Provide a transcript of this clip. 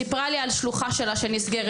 היא סיפרה לי על שלוחה שלה שנסגרת,